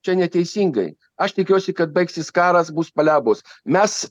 čia neteisingai aš tikiuosi kad baigsis karas bus paliaubos mes